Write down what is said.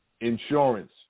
insurance